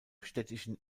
städtischen